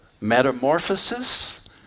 Metamorphosis